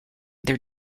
their